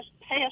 past